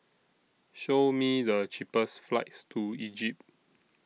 Show Me The cheapest flights to Egypt